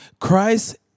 Christ